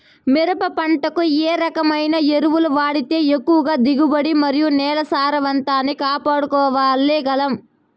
మిరప పంట కు ఏ రకమైన ఎరువులు వాడితే ఎక్కువగా దిగుబడి మరియు నేల సారవంతాన్ని కాపాడుకోవాల్ల గలం?